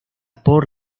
por